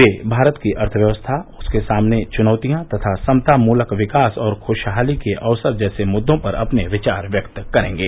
वे भारत की अर्थव्यवस्था उसके सामने चुनौतियां तथा समतामुलक विकास और खुशहाली के अवसर जैसे मुद्दों पर अपने विचार व्यक्त करेंगे